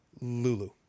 Lulu